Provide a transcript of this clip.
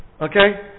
Okay